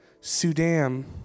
Sudan